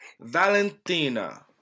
Valentina